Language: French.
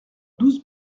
douze